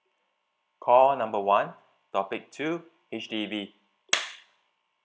call number one topic two H_D_B